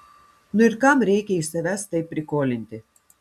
nu ir kam reikia iš savęs taip prikolinti